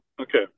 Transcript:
Okay